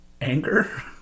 anger